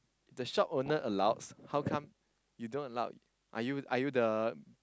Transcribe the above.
the shop owner allows how come you don't allow are you are you the